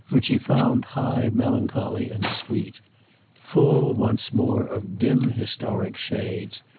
which he found high melancholy and sweet full, once more, of dim historic shades,